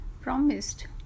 promised